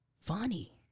funny